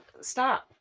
stop